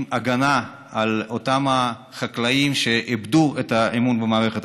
הגנה לאותם החקלאים שאיבדו את האמון במערכת.